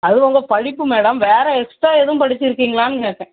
அது உங்க படிப்பு மேடம் வேறு எக்ஸ்ட்டா எதுவும் படிச்சுருக்கீங்களான்னு கேட்டேன்